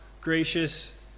gracious